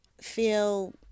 feel